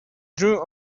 drew